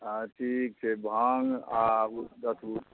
हँ ठीक छै भाङ्ग आ धथुर